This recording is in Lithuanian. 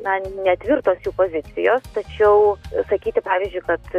na netvirtos pozicijos tačiau sakyti pavyzdžiui kad